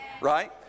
Right